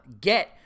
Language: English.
get